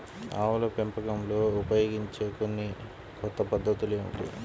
ఆవుల పెంపకంలో ఉపయోగించే కొన్ని కొత్త పద్ధతులు ఏమిటీ?